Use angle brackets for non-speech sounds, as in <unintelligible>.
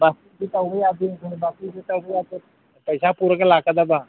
ꯕꯥꯀꯤꯗꯤ ꯇꯧꯕ ꯌꯥꯗꯦ <unintelligible> ꯕꯥꯀꯤꯗꯤ ꯇꯧꯕ ꯌꯥꯗꯦ ꯄꯩꯁꯥ ꯄꯨꯔꯒ ꯂꯥꯛꯀꯗꯕ